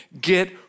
get